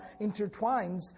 intertwines